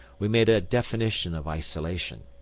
we made a definition of isolation.